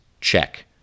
Check